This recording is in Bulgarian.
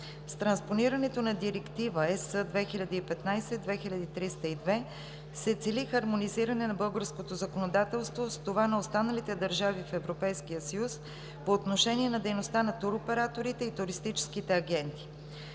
С транспонирането на Директива (ЕС) 2015/2302 се цели хармонизиране на българското законодателство с това на останалите държави в Европейския съюз по отношение на дейността на туроператорите и туристическите агенти.